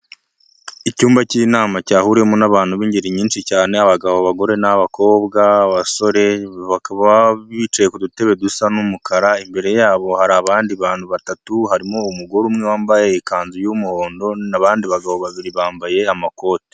Icyumba cy'inama cyahuriwemo n'abantu b'ingeri nyinshi cyane, abagabo, abagore n'abakobwa, abasore, bakaba bicaye ku dutebe dusa n'umukara, imbere yabo hari abandi bantu batatu, harimo umugore umwe wambaye ikanzu y'umuhondo, n'abandi bagabo babiri bambaye amakoti.